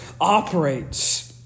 operates